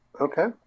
Okay